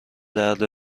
درد